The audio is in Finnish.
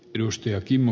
edustaja kimmo